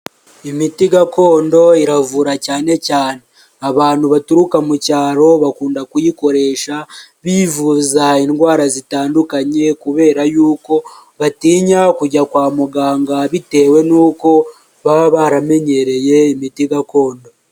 Imiti gakondo iravura cyane cyane abantu baturuka mu cyaro, bakunda kuyikoresha bivuza indwara zitandukanye kubera y’uko batinya kujya kwa muganga bitewe n'uko baba baramenyereye imiti gakondo.